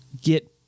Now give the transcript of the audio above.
get